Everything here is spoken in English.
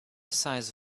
size